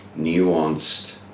nuanced